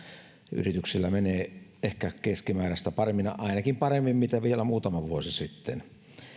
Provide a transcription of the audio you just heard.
yrityksillä menee ehkä keskimääräistä paremmin ainakin paremmin kuin mitä vielä muutama vuosi sitten